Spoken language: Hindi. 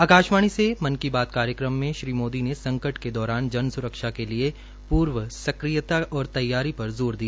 आकाशवाणी से मन की बात कार्यकम में श्री मोदी ने संकट के दौरान जन सुरक्षा के लिए पूर्व सक्रियता और तैयारी पर जोर दिया